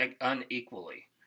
unequally